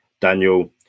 Daniel